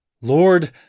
Lord